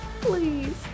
please